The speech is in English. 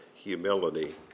Humility